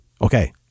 Okay